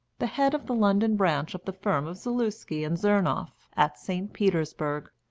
the head of the london branch of the firm of zaluski and zernoff, at st. petersburg.